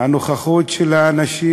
הנוכחות של הנשים